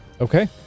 Okay